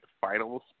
finals